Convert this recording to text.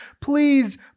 please